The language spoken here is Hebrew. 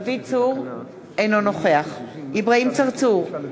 אינו נוכח אברהים צרצור, אינו